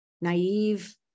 naive